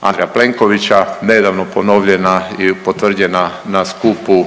Andreja Plenkovića nedavno ponovljena i potvrđena na skupu